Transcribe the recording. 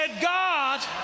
God